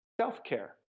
self-care